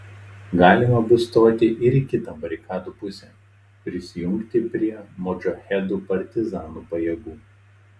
galima bus stoti ir į kitą barikadų pusę prisijungti prie modžahedų partizanų pajėgų